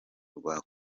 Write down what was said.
rwa